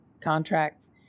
contracts